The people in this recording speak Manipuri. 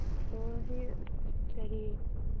ꯑꯣ ꯁꯤ ꯀꯔꯤ